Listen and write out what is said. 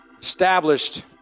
established